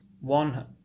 one